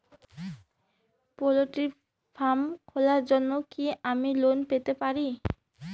Poultry farm খোলার জন্য কি আমি লোন পেতে পারি?